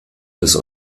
des